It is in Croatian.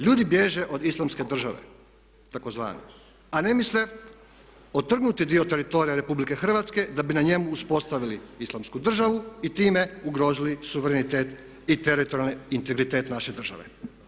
Ljudi bježe od Islamske države takozvane, a ne misle otrgnuti dio teritorija RH da bi na njemu uspostavili Islamsku državu i time ugrozili suverenitet i teritorijalni integritet naše države.